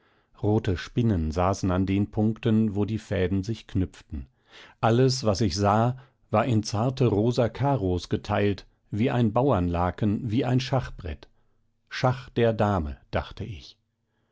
rote spinnen saßen an den punkten wo die fäden sich knüpften alles was ich sah war in zarte rosa karos geteilt wie ein bauernlaken wie ein schachbrett schach der dame dachte ich